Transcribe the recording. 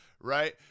Right